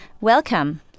Welcome